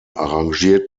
arrangiert